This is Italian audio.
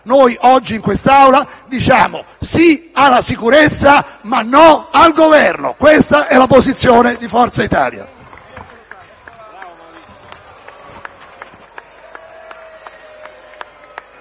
noi oggi, in quest'Aula, diciamo sì alla sicurezza, ma no al Governo. Questa è la posizione di Forza Italia.